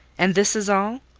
and this is all?